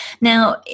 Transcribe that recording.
Now